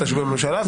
אז תשביעו ממשלה.